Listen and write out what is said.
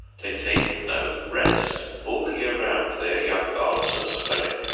they take no rest all the year round their young bulbs are swelling,